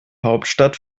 hauptstadt